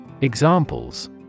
Examples